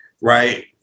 right